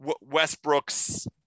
Westbrook's